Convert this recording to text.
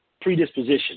predisposition